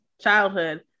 Childhood